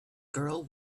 girl